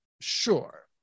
sure